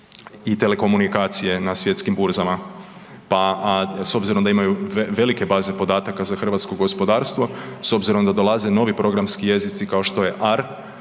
i telekomunikacije na svjetskim burzama, pa s obzirom da imaju velike baze podataka za hrvatsko gospodarstvo, s obzirom da dolaze novi programski jezici kao što je AR